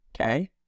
okay